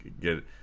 get